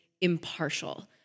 impartial